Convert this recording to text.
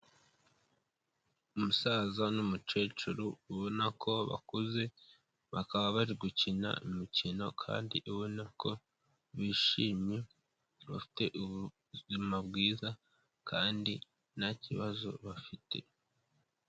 Umusaza n'umukecuru ubona ko bakuze, bakaba bari gukina umukino kandi ubona ko bishimye, bafite ubuzima bwiza kandi nta kibazo bafite.